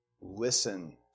Listen